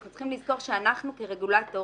אנחנו צריכים לזכור שאנחנו כרגולטור